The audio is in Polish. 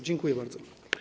Dziękuję bardzo.